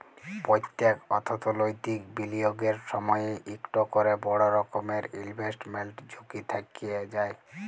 প্যত্তেক অথ্থলৈতিক বিলিয়গের সময়ই ইকট ক্যরে বড় রকমের ইলভেস্টমেল্ট ঝুঁকি থ্যাইকে যায়